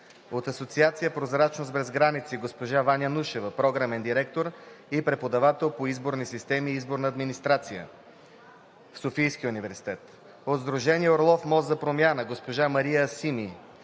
от Асоциация „Прозрачност без граници“: госпожа Ваня Нушева – програмен директор и преподавател по „Изборни системи и изборна администрация“ в Софийския университет; от Сдружение „Орлов Мост – за промяна“: госпожа Мария Асими;